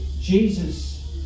Jesus